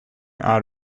out